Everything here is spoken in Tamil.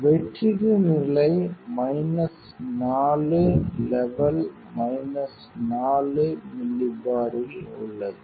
வெற்றிட நிலை மைனஸ் 4 லெவல் மைனஸ் 4 மில்லிபாரில் உள்ளது